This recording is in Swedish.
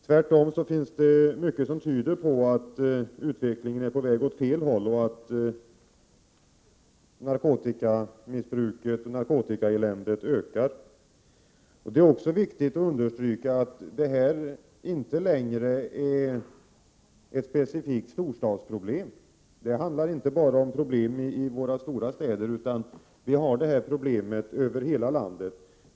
Tvärtom finns det mycket som tyder på att utvecklingen är på väg åt fel håll och att narkotikamissbruket — och narkotikaeländet — ökar. Det är också viktigt att understryka att detta inte längre är ett specifikt storstadsproblem utan att vi har det här problemet över hela landet.